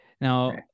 Now